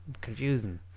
Confusing